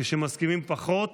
כשמסכימים פחות